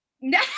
no